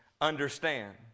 understand